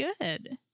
good